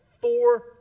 four